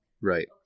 Right